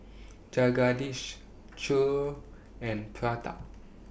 Jagadish Choor and Pratap